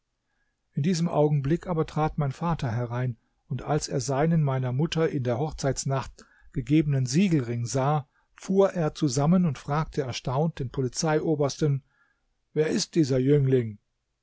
in diesem augenblick aber trat mein vater herein und als er seinen meiner mutter in der hochzeitsnacht gegebenen siegelring sah fuhr er zusammen und fragte erstaunt den polizeiobersten wer ist dieser jüngling